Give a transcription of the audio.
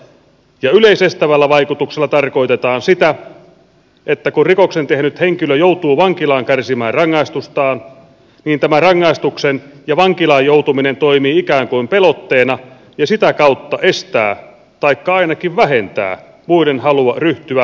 yleisestävällä vaikutuksella tarkoitetaan sitä että kun rikoksen tehnyt henkilö joutuu vankilaan kärsimään rangaistustaan niin tämä rangaistus ja vankilaan joutuminen toimii ikään kuin pelotteena ja sitä kautta estää taikka ainakin vähentää muiden halua ryhtyä oikeudenloukkauksiin